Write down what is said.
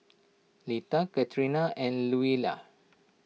Letha Katrina and Louella